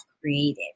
created